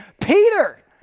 Peter